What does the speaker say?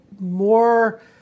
more